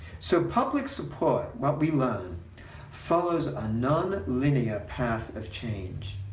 so public support what we learn follows a nonlinear path of change.